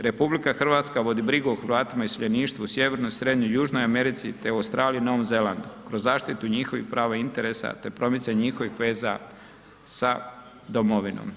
RH vodi brigu o Hrvatima u iseljeništvu u Sjevernoj, Srednjoj i Južnoj Americi, te u Australiji i Novom Zelandu kroz zaštitu njihovih prava i interesa, te promicanju njihovih veza sa domovinom.